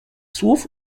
słów